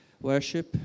worship